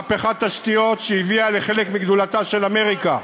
מהפכת תשתיות שהביאה לחלק מגדולתה של אמריקה: